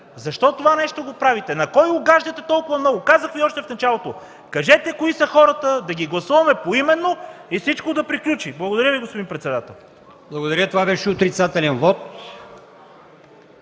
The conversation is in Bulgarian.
това нещо? На кой угаждате толкова много? Казах Ви още в началото: кажете кои са хората, да ги гласуваме поименно и всичко да приключи. Благодаря Ви, господин председател.